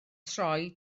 troi